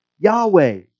Yahweh